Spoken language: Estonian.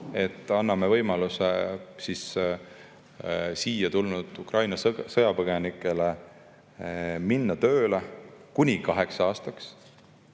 Anname võimaluse siia tulnud Ukraina sõjapõgenikele minna tööle kuni kaheks aastaks